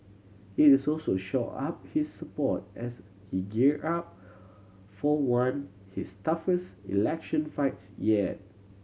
it is also shore up his support as he gear up for one his toughest election fights yet